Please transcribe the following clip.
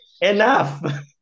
enough